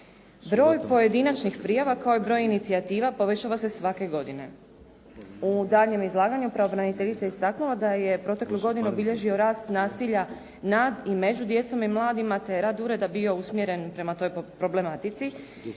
Broj pojedinačnih prijava kao i broj inicijativa povećava se svake godine. U daljnjem izlaganju, pravobraniteljica je istaknula da je proteklu godinu bilježio rast nasilja nad i među djecom i mladima te je rad ureda bio usmjeren prema toj problematici.